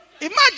Imagine